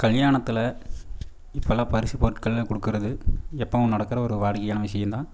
கல்யாணத்தில் இப்போலாம் பரிசு பொருட்கள்னு கொடுக்குறது எப்பவும் நடக்கிற ஒரு வாடிக்கையான விஷயந்தான்